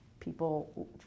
People